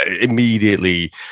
immediately